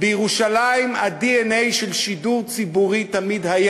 בירושלים הדנ"א של שידור ציבורי היה תמיד.